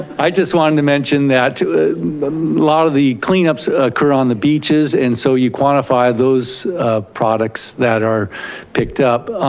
i just wanted to mention that a lot of the clean ups occur on the beaches. and so you quantify those products that are picked up.